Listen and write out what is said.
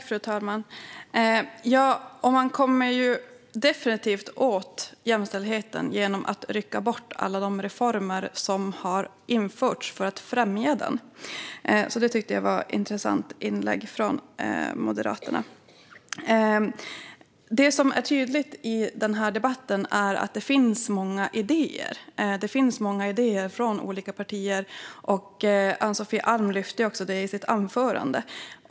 Fru talman! Ja, för man kommer ju definitivt åt jämställdheten genom att rycka bort alla de reformer som har införts för att främja den. Det tyckte jag var ett intressant inlägg från Moderaterna. Det som är tydligt i den här debatten är att det finns många idéer från olika partier. Ann-Sofie Alm lyfte också fram det i sitt anförande.